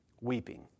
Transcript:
weeping